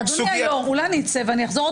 אולי אצא?